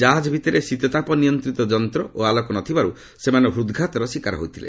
ଜାହାଜ ଭିତରେ ଶୀତତାପ ନିୟନ୍ତ୍ରିତ ଯନ୍ତ୍ର ଓ ଆଲୋକ ନଥିବାରୁ ସେମାନେ ହୃଦ୍ଘାତର ଶୀକାର ହୋଇଥିଲେ